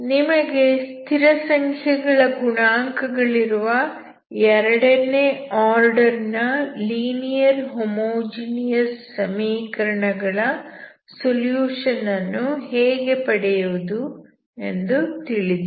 ನಿಮಗೆ ಸ್ಥಿರಸಂಖ್ಯೆಗಳ ಗುಣಾಂಕ ಗಳಿರುವ ಎರಡನೇ ಆರ್ಡರ್ ನ ಲೀನಿಯರ್ ಹೋಮೋಜಿನಿಯಸ್ ಸಮೀಕರಣ ಗಳ ಸೊಲ್ಯೂಷನ್ ಅನ್ನು ಪಡೆಯುವುದು ಎಂಬುದು ತಿಳಿದಿದೆ